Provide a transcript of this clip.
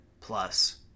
Plus